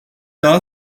daha